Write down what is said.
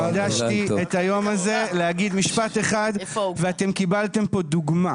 הקדשתי את היום הזה להגיד משפט אחד ואתם קיבלתם פה דוגמה,